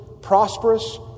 prosperous